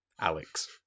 Alex